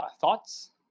thoughts